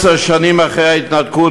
עשר שנים אחרי ההתנתקות,